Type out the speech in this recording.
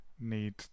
need